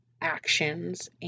actions